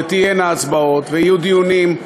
ותהיינה הצבעות ויהיו דיונים,